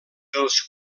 els